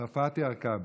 צרפתי הרכבי.